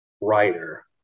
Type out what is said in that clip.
writer